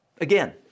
again